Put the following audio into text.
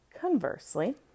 Conversely